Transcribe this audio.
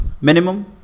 minimum